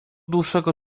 dłuższego